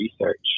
research